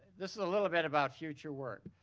this is a little bit about future work.